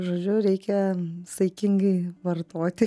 žodžiu reikia saikingai vartoti